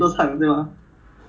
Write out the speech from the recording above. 每天在 toilet 唱歌